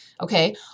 okay